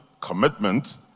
commitment